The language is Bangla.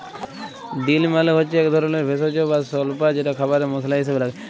ডিল মালে হচ্যে এক ধরলের ভেষজ বা স্বল্পা যেটা খাবারে মসলা হিসেবে লাগে